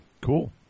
Cool